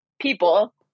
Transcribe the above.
people